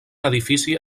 edifici